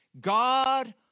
God